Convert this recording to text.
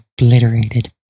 obliterated